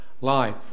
Life